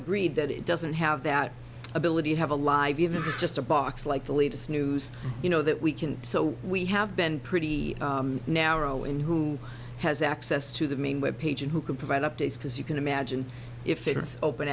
agreed that it doesn't have that ability to have a live event is just a box like the latest news you know that we can so we have been pretty narrow in who has access to the main web page and who can provide updates because you can imagine if it was open